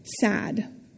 sad